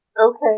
Okay